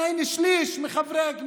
אבל הינה, תוך שנה שליש מחברי הכנסת